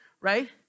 right